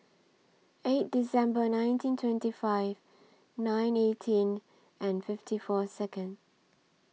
eight December nineteen twenty five nine eighteen and fifty four Second